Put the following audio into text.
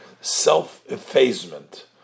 self-effacement